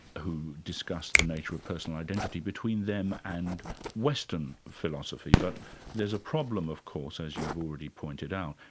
who discussed the nature of personal identity, between them and western philosophy. but there's a problem of course, as you've already pointed out,